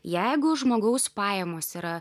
jeigu žmogaus pajamos yra